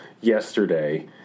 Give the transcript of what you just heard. yesterday